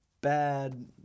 bad